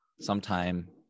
sometime